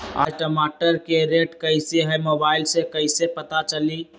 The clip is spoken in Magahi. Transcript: आज टमाटर के रेट कईसे हैं मोबाईल से कईसे पता चली?